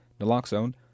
Naloxone